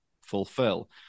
fulfill